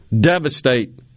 devastate